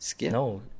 No